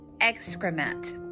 excrement